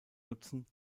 nutzen